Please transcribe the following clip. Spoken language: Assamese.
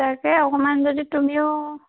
তাকে অকণমান যদি তুমিও